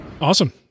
Awesome